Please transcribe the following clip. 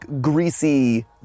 greasy